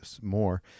more